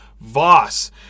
Voss